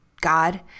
God